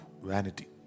vanity